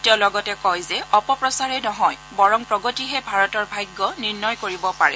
তেওঁ লগতে কয় যে অপপ্ৰচাৰে নহয় বৰং প্ৰগতিহে ভাৰতৰ ভাগ্য নিৰ্ণয় কৰিব পাৰে